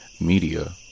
Media